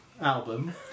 album